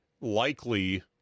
likely